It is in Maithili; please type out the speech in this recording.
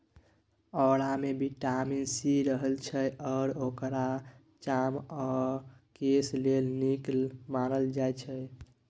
औरामे बिटामिन सी रहय छै आ औराकेँ चाम आ केस लेल नीक मानल जाइ छै